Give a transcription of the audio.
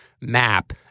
map